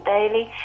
Daily